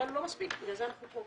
אבל הוא לא מספיק, בגלל זה אנחנו פה.